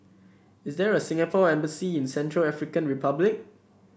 is there a Singapore Embassy in Central African Republic